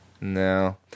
No